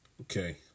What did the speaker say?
okay